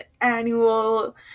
annual